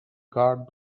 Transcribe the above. card